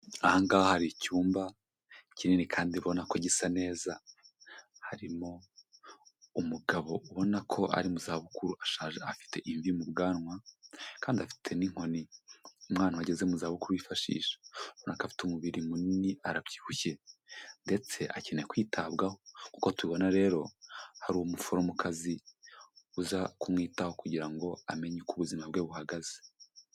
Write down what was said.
Ahangaha hari icyumba kinini kandi ubona ko gisa neza, harimo umugabo ubona ko ari mu za bukuru ashaje afite imvi mu bwanwa, kandi afite n'inkoni zimwe abantu bageze mu zabukuru bifashisha. Afite umubiri munini arabyibushye, ndetse akeneye kwitabwaho. Uko tubibona rero, hari umuforomokazi uza kumwitaho kugira ngo amenye uko ubuzima bwe buhagaze.